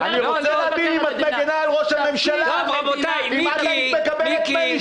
מדברת על --- אני רוצה להבין אם את מגנה על ראש הממשלה?